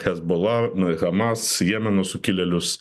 hezbola hamas jemeno sukilėlius